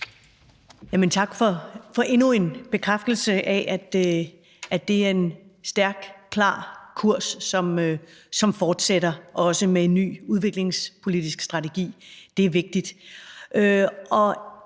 Tak for endnu en bekræftelse af, at det er en stærk og klar kurs, som fortsætter, også med en ny udviklingspolitisk strategi. Det er vigtigt.